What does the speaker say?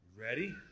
Ready